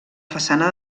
façana